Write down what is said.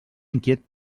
inquiet